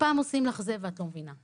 פעם עושים לך זה ואת לא מבינה,